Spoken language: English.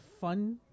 fun